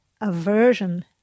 aversion